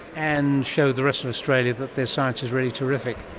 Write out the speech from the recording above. and show the rest of australia that their science is really terrific.